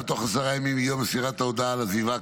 בתוך עשרה ימים מיום מסירת ההודעה על עזיבה,